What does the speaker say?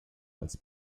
als